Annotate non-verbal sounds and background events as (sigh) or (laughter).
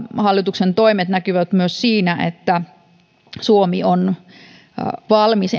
hallituksen toimet näkyvät myös siinä että suomi on valmis (unintelligible)